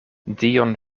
dion